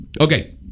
Okay